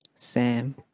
Sam